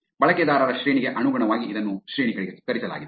ಬಳಕೆದಾರರ ಶ್ರೇಣಿಗೆ ಅನುಗುಣವಾಗಿ ಇದನ್ನು ಶ್ರೇಣೀಕರಿಸಲಾಗಿದೆ